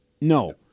No